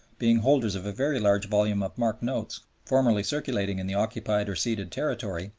being holders of a very large volume of mark notes formerly circulating in the occupied or ceded territory,